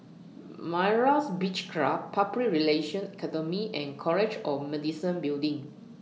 Myra's Beach Club Public Relations Academy and College of Medicine Building